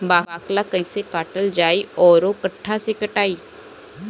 बाकला कईसे काटल जाई औरो कट्ठा से कटाई?